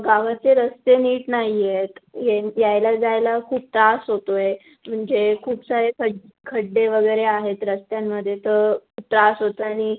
गावाचे रस्ते नीट नाही आहेत ये यायला जायला खूप त्रास होतो आहे म्हणजे खूप सारे ख खड्डे वगैरे आहेत रस्त्यांमध्ये तर त्रास होतो आहे आणि